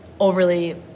overly